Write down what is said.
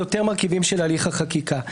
יותר מרכיבים של הליך החקיקה.